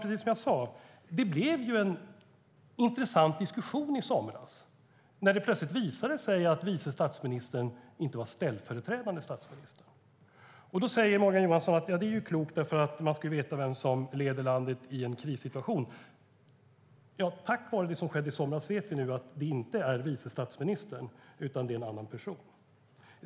Precis som jag sa blev det ju en intressant diskussion i somras när det plötsligt visade sig att vice statsministern inte var ställföreträdande statsminister. Morgan Johansson säger att det är ju klokt, för man ska veta vem som leder landet i en krissituation. Ja, tack vare det som skedde i somras vet vi nu att det inte är vice statsministern utan en annan person.